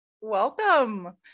Welcome